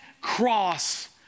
cross